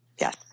Yes